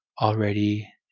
already